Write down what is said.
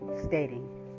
stating